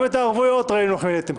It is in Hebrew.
גם את הערבויות ראינו איך הבאתם.